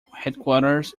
headquarters